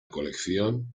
colección